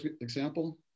example